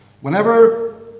Whenever